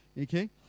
okay